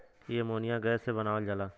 इ ammonia gas से बनावल जाला